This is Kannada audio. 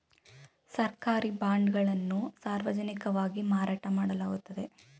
ಸರ್ಕಾರಿ ಬಾಂಡ್ ಗಳನ್ನು ಸಾರ್ವಜನಿಕವಾಗಿ ಮಾರಾಟ ಮಾಡಲಾಗುತ್ತದೆ